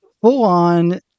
full-on